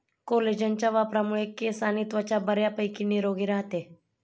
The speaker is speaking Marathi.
कोलेजनच्या वापरामुळे केस आणि त्वचा बऱ्यापैकी निरोगी राहते